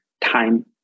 time